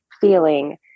feeling